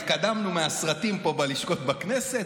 התקדמנו מהסרטים פה בלשכות בכנסת.